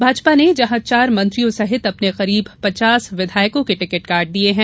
भाजपा ने जहां चार मंत्रियों सहित अपने करीब पचास विधायकों के टिकट काट दिये हैं